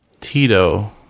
Tito